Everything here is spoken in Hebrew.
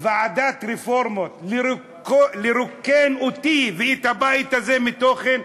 ועדת רפורמות לרוקן אותי ואת הבית הזה מתוכן.